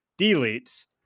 deletes